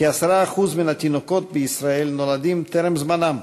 כ-10% מן התינוקות בישראל נולדים טרם זמנם,